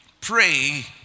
Pray